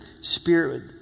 spirit